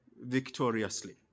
victoriously